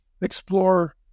explore